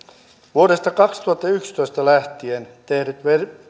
vuodesta kaksituhattayksitoista lähtien tehdyt